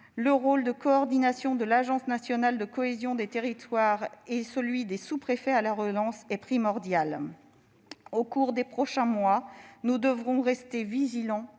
le rôle de coordination de l'Agence nationale de la cohésion des territoires et celui des sous-préfets à la relance est primordial. Au cours des prochains mois, nous devrons rester vigilants